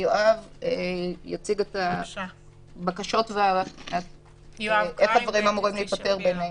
יואב יציג את הבקשות ואיך הדברים אמורים להיפתר בינינו.